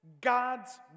God's